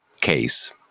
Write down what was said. case